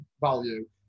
value